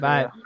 Bye